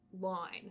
line